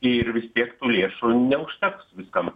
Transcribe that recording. ir vis tiek tų lėšų neužteks viskam